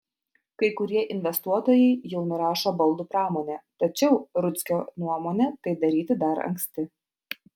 kai kurie investuotojai jau nurašo baldų pramonę tačiau rudzkio nuomone tai daryti dar anksti